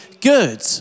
good